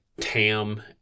Tam